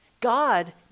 God